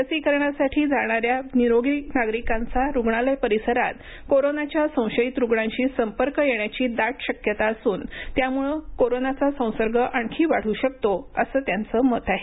लसीकरणासाठी जाणाऱ्या निरोगी नागरिकांचा रुग्णालय परिसरात कोरोनाच्या संशयित रुग्णांशी संपर्क येण्याची दाट शक्यता असून त्यामुळं कोरोनाचा संसर्ग आणखी वाढू शकतो असं त्यांचं मत आहे